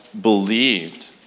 believed